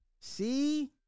See